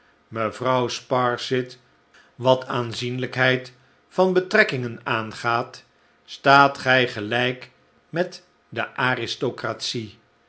mevrouw sparsit wat aanzienlijkheid van betrekkingen aangaat staat gij gelijk met de aristocratie